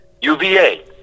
UVA